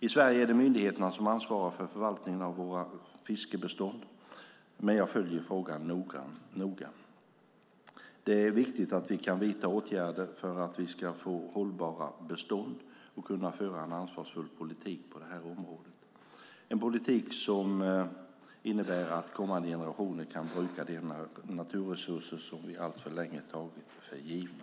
I Sverige är det myndigheterna som ansvarar för förvaltningen av våra fiskebestånd, men jag följer frågan noga. Det är viktigt att vi kan vidta åtgärder för att vi ska få hållbara bestånd och kunna föra en ansvarsfull politik på det här området - en politik som innebär att kommande generationer kan bruka de naturresurser som vi alltför länge tagit för givna.